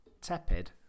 tepid